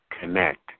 connect